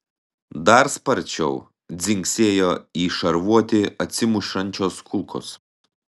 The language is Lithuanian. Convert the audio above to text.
dar sparčiau dzingsėjo į šarvuotį atsimušančios kulkos